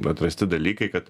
atrasti dalykai kad